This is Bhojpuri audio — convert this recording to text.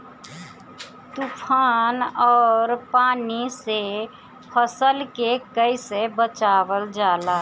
तुफान और पानी से फसल के कईसे बचावल जाला?